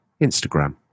Instagram